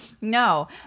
No